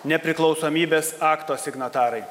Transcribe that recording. nepriklausomybės akto signatarai